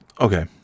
okay